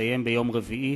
יסתיים ביום רביעי,